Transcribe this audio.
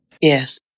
Yes